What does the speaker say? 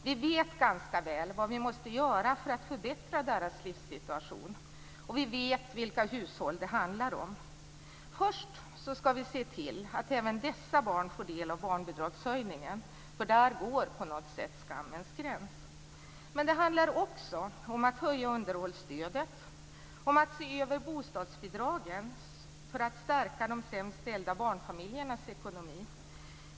Vi vet ganska väl vad vi måste göra för att förbättra deras livssituation, och vi vet vilka hushåll det handlar om. Först ska vi se till att även dessa barn får del av barnbidragshöjningen, för där går på något sätt skammens gräns. Men det handlar också om att höja underhållsstödet och om att se över bostadsbidragen för att stärka de sämst ställda barnfamiljernas ekonomi.